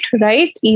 right